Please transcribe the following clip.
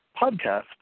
podcast